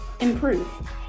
improve